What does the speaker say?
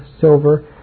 silver